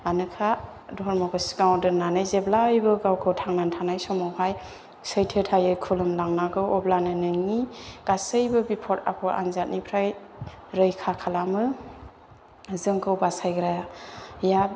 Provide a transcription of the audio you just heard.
आनोखा धर्मखौ सिगाङाव दोननानै जेब्लायबो गावखौ थांना थानाय समावहाय सैथोथायै खुलुमलांनांगौ अब्लानो नोंनि गासैबो बिफत आफत आनजादनिफ्राय रैखा खालामो जोंखौ बासायग्राया